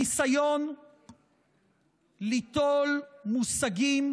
הניסיון ליטול מושגים